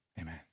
Amen